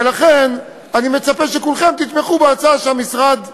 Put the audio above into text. ולכן אני מצפה שכולכם תתמכו בהצעה שהמשרד מוביל.